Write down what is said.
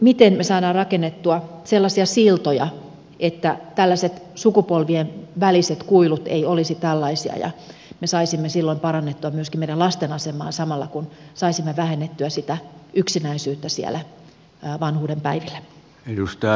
miten me saamme rakennettua sellaisia siltoja että tällaiset sukupolvien väliset kuilut eivät olisi tällaisia ja me saisimme silloin parannettua myöskin meidän lastemme asemaa samalla kun saisimme vähennettyä sitä yksinäisyyttä siellä vanhuuden päivillä